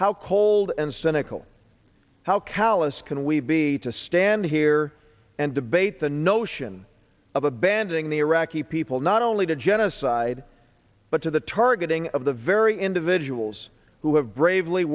how cold and cynical how callous can we be to stand here and debate the notion of abandoning the iraqi people not only to genocide but to the targeting of the very individuals who have bravely